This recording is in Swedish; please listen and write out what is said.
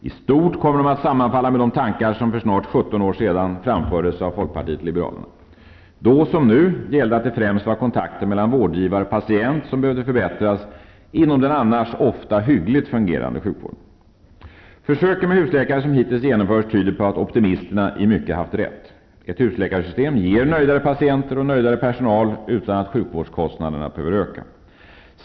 I stort kommer de att sammanfalla med de tankar som för snart 17 år sedan framfördes av folkpartiet liberalerna, Då, som nu, gällde att det främst var kontakten mellan vårdgivare och patient som behövde förbättras inom den annars ofta hyggligt fungerande sjukvården. De försök med husläkare som hittills genomförts tyder på att optimisterna haft rätt i mycket. Ett husläkarsystem ger nöjdare patienter och nöjdare personal utan att sjukvårdskostnaderna behöver öka.